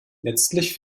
letztlich